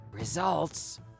Results